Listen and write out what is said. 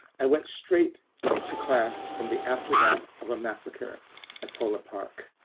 i went straight to class from the aftermath of a massacre at phola park.